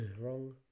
Wrong